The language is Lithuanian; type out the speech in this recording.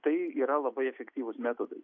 tai yra labai efektyvūs metodai